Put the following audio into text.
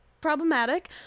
problematic